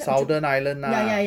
southern island ah